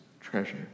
treasure